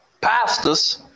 pastors